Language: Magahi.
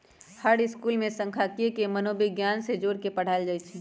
हर स्कूल में सांखियिकी के मनोविग्यान से जोड़ पढ़ायल जाई छई